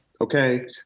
Okay